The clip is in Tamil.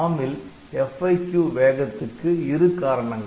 ARM ல் FIQ வேகத்துக்கு இரு காரணங்கள்